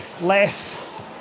less